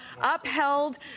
upheld